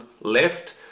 left